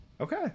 okay